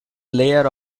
layer